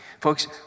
Folks